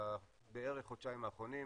בערך בחודשיים האחרונים.